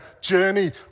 journey